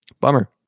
Bummer